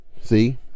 See